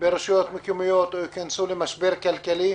ברשויות מקומיות או ייכנסו למשבר כלכלי